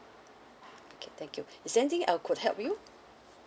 okay thank you is there anything I could help you